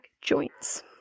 joints